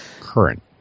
current